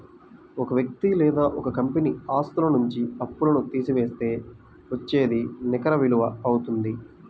ఒక వ్యక్తి లేదా ఒక కంపెనీ ఆస్తుల నుంచి అప్పులను తీసివేస్తే వచ్చేదే నికర విలువ అవుతుంది